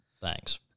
Thanks